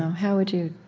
how would you,